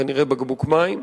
כנראה בקבוק מים,